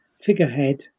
figurehead